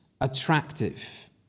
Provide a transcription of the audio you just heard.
attractive